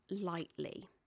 lightly